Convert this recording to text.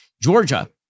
Georgia